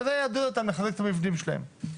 וזה יעודד אותם לחזק את המבנים שלהם.